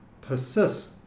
persist